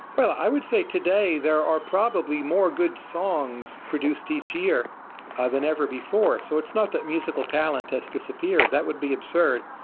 i would say, today, there are probably more good songs produced each year ah than ever before. so it's not that musical talent has disappeared. that would be absurd.